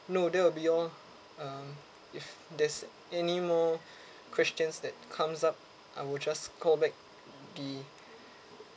no that will be all um if there's any more questions that comes up I will just call back the